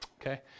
okay